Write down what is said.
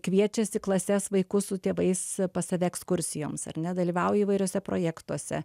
kviečiasi klases vaikus su tėvais pas save ekskursijoms ar ne dalyvauja įvairiuose projektuose